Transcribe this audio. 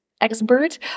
expert